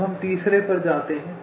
अब हम तीसरे पर जाते हैं